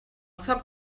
foc